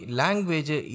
language